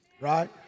right